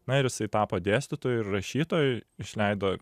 na ir jisai tapo dėstytoju ir rašytoju išleido